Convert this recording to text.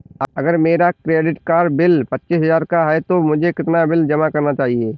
अगर मेरा credit card bill पच्चीस हजार का है तो मुझे कितना बिल जमा करना चाहिए?